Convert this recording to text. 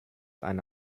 eine